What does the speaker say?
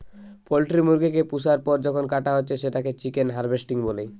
poultry মুরগি কে পুষার পর যখন কাটা হচ্ছে সেটাকে চিকেন হার্ভেস্টিং বলে